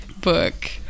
book